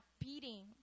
beating